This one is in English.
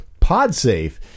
Podsafe